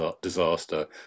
disaster